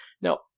Now